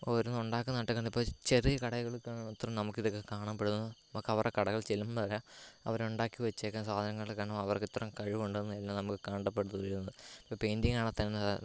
ഓരോന്ന് ഉണ്ടാക്കുന്നതായിട്ടിപ്പോൾ ഇങ്ങനെ ചെറിയ കടകളും മാത്രമാണ് നമുക്കിതൊക്കെ കാണപ്പെടുന്നത് നമുക്ക് അവരുടെ കടകളിൽ ചെയ്യുമ്പോൾ തന്നെ അവരുണ്ടാക്കി വെച്ചേക്കുന്ന സാധനങ്ങൾ കാണുമ്പോൾ അവർക്കിത്ര കഴിവുണ്ടെന്ന് തന്നെ നമുക്ക് കണ്ടപ്പോൾ പിന്നെ പെയിൻ്റിങ് ആണേൽ തന്നെ